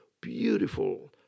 beautiful